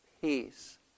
peace